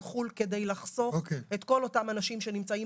חו"ל כדי לחסוך את כל אותם אנשים שנמצאים